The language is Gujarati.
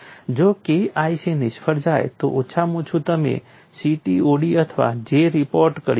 જો K IC નિષ્ફળ જાય તો ઓછામાં ઓછું તમે CTOD અથવા J રિપોર્ટ કરી શકો છો